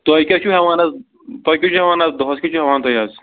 تُہۍ کیٛاہ چھُو ہٮ۪وان حظ تۄہہِ کیٛاہ چھُو ہٮ۪وان حظ دۄہَس کیٛاہ چھُ ہٮ۪وان تُہۍ حظ